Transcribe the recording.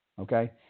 okay